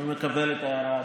אני מקבל את ההערה,